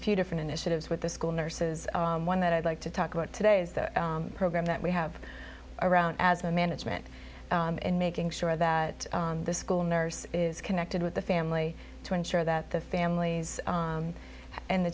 few different initiatives with the school nurses one that i'd like to talk about today is the program that we have around asthma management and making sure that the school nurse is connected with the family to ensure that the families and the